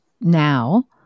now